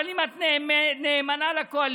אבל אם את נאמנה לקואליציה,